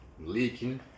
leaking